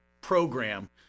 program